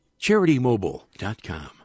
CharityMobile.com